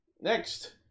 Next